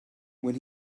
when